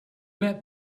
met